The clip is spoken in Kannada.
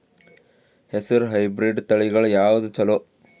ಹೆಸರ ಹೈಬ್ರಿಡ್ ತಳಿಗಳ ಯಾವದು ಚಲೋ?